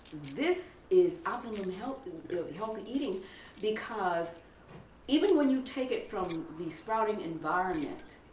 this is optimal um healthy healthy eating because even when you take it from the sprouting environment,